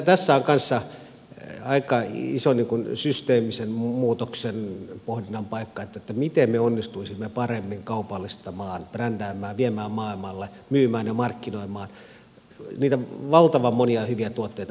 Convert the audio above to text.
tässä on kanssa aika iso systeemisen muutoksen pohdinnan paikka miten me onnistuisimme paremmin kaupallistamaan brändäämään viemään maailmalle myymään ja markkinoimaan niitä valtavan monia hyviä tuotteita mitä suomessa on